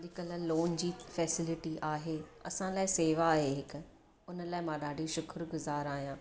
अॼुकल्ह लोन जी फ़ैसिलिटी आहे असां लाइ सेवा आहे हिक हुन लाइ मां ॾाढी शुक्रगुज़ार आहियां